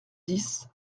dix